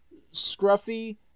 scruffy